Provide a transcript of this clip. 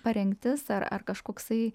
parengtis ar ar kažkoksai